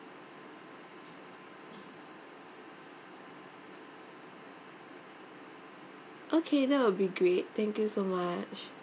okay that'll be great thank you so much